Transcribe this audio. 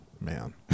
man